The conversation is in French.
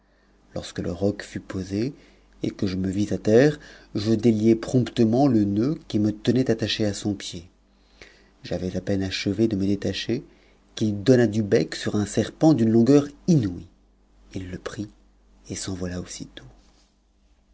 lorsque le roc fut posé et que je me vis à terre je déliai promptement le nœud qui me tenait attaché à son pied j'avais à peine achevé de me détacher qu'il donna du bec sur m serpent d'une longueur inouïe il le prit et s'envola aussitôt